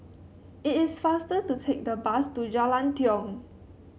it is faster to take the bus to Jalan Tiong